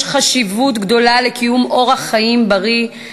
יש חשיבות גדולה לקיום אורח חיים בריא,